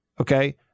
okay